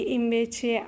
invece